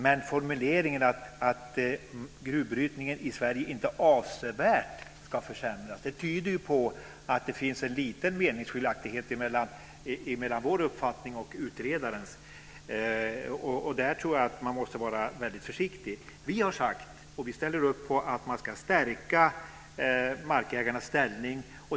Men formuleringen att gruvbrytningen i Sverige inte avsevärt ska försämras tyder på att det finns en liten meningsskiljaktighet mellan vår uppfattningen och utredarens. Där tror jag att man måste vara väldigt försiktig. Vi har sagt, och vi ställer upp på, att man ska stärka markägarnas ställning.